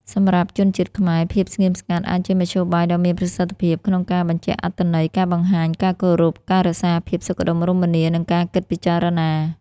សម្រាប់ជនជាតិខ្មែរ ភាពស្ងៀមស្ងាត់អាចជាមធ្យោបាយដ៏មានប្រសិទ្ធភាពក្នុងការបញ្ជាក់អត្ថន័យ ការបង្ហាញការគោរព ការរក្សាភាពសុខដុមរមនា និងការគិតពិចារណា។